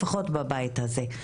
לפחות בבית הזה.